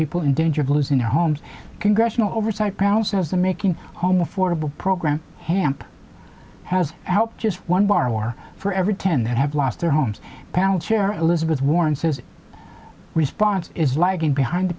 people in danger of losing their homes congressional oversight panel says the making home affordable program hamp has helped just one bar or for every ten that have lost their homes panel chair elizabeth warren says response is lagging behind the